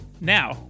Now